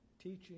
teaching